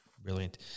Brilliant